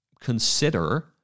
consider